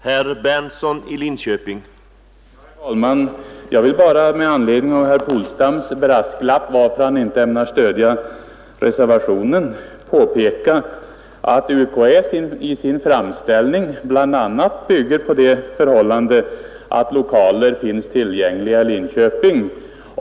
Herr talman! Med anledning av herr Polstams brasklapp om varför han inte ämnar stödja reservationen vill jag påpeka att UKÄ bygger sin framställning bl.a. på att lokaler finns tillgängliga i Linköping.